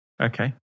Okay